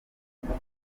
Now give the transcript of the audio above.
bakora